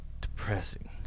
depressing